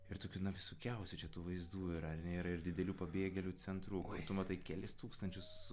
ir tokių na visokiausių čia tų vaizdų yra ar ne yra ir didelių pabėgėlių centrų kur tu matai kelis tūkstančius